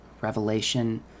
Revelation